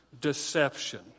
deception